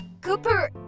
Cooper